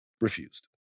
refused